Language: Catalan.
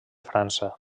frança